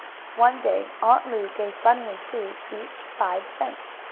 one day aunt lu gave bunny and sue each five cents.